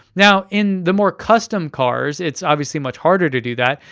now in the more custom cars, it's obviously much harder to do that.